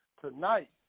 Tonight